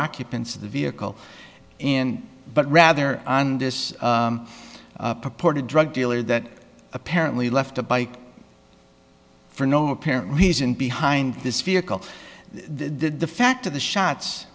occupants of the vehicle in but rather on this purported drug dealer that apparently left the bike for no apparent reason behind this vehicle the fact of the shots